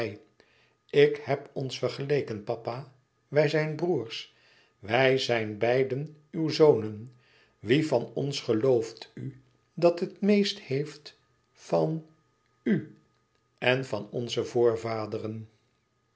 ik heb ons vergeleken papa wij zijn broêrs wij zijn beiden uw zonen wie van ons gelooft u dat het meeste heeft van u en van onze voorvaderen